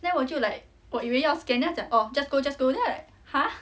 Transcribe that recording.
then 我就 like 我以为要 scan then 他讲 just go just go then I like !huh!